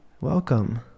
Welcome